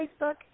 Facebook